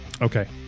Okay